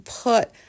put